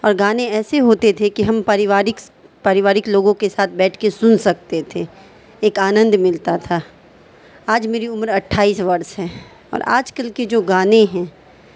اور گانے ایسے ہوتے تھے کہ ہم پریوارک پریوارک لوگوں کے ساتھ بیٹھ کے سن سکتے تھے ایک آنند ملتا تھا آج میری عمر اٹھائیس ورش ہے اور آج کل کے جو گانے ہیں